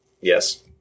yes